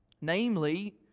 Namely